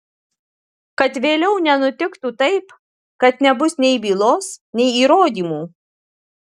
kad vėliau nenutiktų taip kad nebus nei bylos nei įrodymų